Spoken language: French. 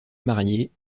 mariés